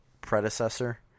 predecessor